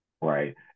Right